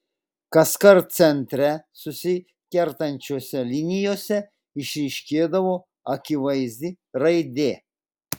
kaskart centre susikertančiose linijose išryškėdavo akivaizdi raidė